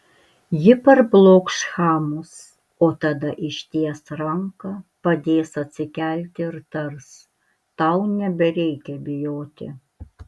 ji parblokš chamus o tada išties ranką padės atsikelti ir tars tau nebereikia bijoti